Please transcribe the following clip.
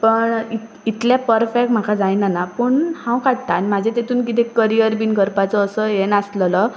पण इतलें परफेक्ट म्हाका जायनाना पूण हांव काडटा आनी म्हाजें तेतून कितें करियर बीन करपाचो असो हें नासलेलो